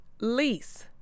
Lease